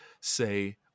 say